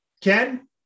Ken